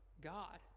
God